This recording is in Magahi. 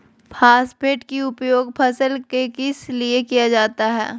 फॉस्फेट की उपयोग फसल में किस लिए किया जाता है?